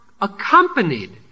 accompanied